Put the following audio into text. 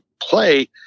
play